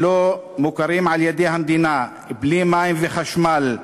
שלא מוכרים על-ידי המדינה, בלי מים וחשמל?